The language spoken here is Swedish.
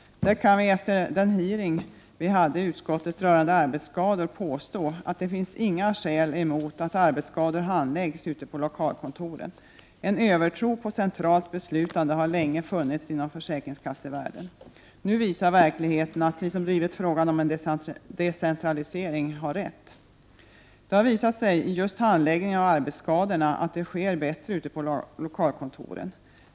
Där kan vi efter den hearing vi hade i utskottet rörande arbetsskador påstå att det inte finns några skäl emot att arbetsskador handläggs ute på lokalkontoren. En övertro på centralt beslutande har länge funnits inom försäkringskassevärlden. Nu visar verkligheten att vi som har drivit frågan om en decentralisering har rätt. Det har visat sig att just handläggningen av arbetsskadorna sker bättre ute på lokalkontoren.